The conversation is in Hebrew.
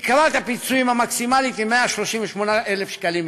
תקרת הפיצויים המקסימלית היא 138,000 שקלים,